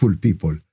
people